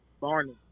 Barney